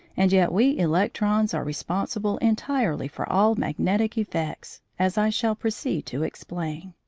and yet we electrons are responsible entirely for all magnetic effects, as i shall proceed to explain.